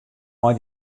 mei